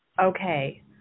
Okay